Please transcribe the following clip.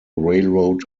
railroad